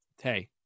Hey